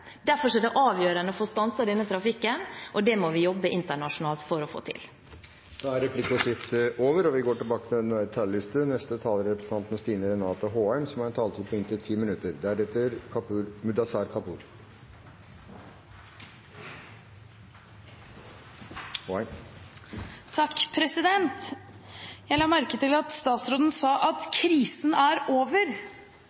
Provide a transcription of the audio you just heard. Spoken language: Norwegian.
er det avgjørende å få stanset denne trafikken, og det må vi jobbe internasjonalt for å få til. Dermed er replikkordskiftet omme. Jeg la merke til at statsråden sa at krisen er